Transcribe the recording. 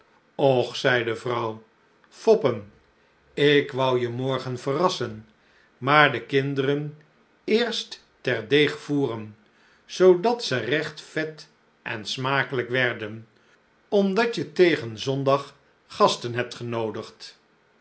och zei de vrouw foppen ik wou je morgen verrassen maar de kinderen eerst ter deeg voêren zoodat ze regt vet en smakelijk werden omdat ik weet dat je tegen zondag gasten hebt genoodigd